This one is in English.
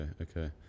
Okay